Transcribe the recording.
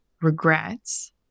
regrets